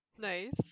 nice